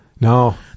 No